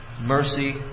mercy